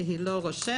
שהיא לא רושמת,